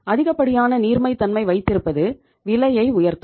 அதிகப்படியான நீர்மைத்தன்மை வைத்திருப்பது விலையை உயர்த்தும்